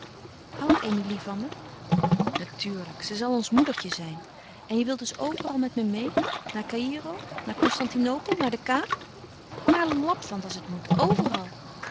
houdt emilie van me natuurlijk ze zal ons moedertje zijn en je wilt dus overal met me meê naar caïro naar constantinopel naar de kaap naar lapland als het moet overal